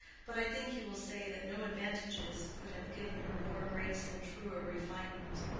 but i think you will say that no advantages could have given her more grace and truer refinement.